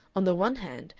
on the one hand,